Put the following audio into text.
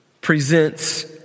presents